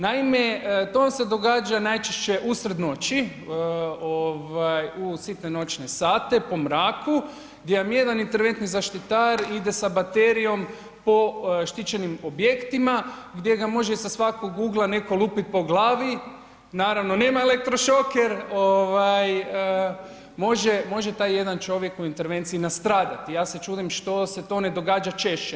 Naime, to vam se događa najčešće usred noći u sitne noćne sate po mraku gdje vam jedan interventni zaštitar ide sa baterijom po štićenim objektima gdje ga može sa svakog ugla neko lupit po glavi, naravno nema elektrošoker, može taj jedan čovjek u intervenciji nastradat i ja se čudim što se to ne događa češće.